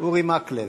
אורי מקלב,